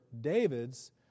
David's